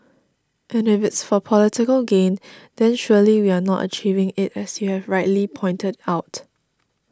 and if it is for political gain then surely we are not achieving it as you have rightly pointed out